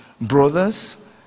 brothers